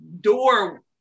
door